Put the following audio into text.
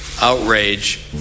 outrage